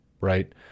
right